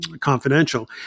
confidential